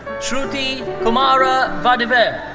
shruti kumara vadivel.